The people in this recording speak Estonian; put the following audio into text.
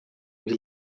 mis